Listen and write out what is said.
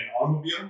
automobile